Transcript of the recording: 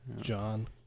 John